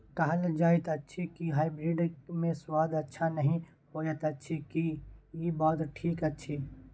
कहल जायत अछि की हाइब्रिड मे स्वाद अच्छा नही होयत अछि, की इ बात ठीक अछि?